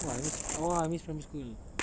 !wah! I miss !wah! I miss primary school